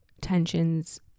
tensions